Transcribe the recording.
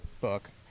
book